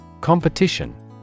Competition